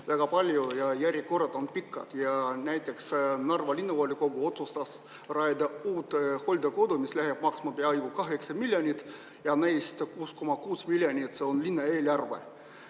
väga palju ja järjekorrad on pikad. Näiteks Narva Linnavolikogu otsustas rajada uue hooldekodu, mis läheb maksma peaaegu 8 miljonit, ja neist 6,6 miljonit on linna eelarve.